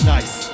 Nice